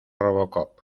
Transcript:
robocop